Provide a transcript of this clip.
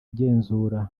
igenzura